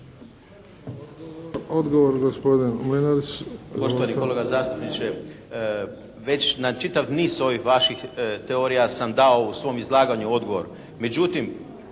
Odgovor, gospodin Mlinarić.